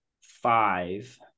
five